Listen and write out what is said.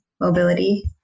mobility